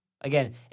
Again